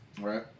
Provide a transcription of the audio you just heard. Right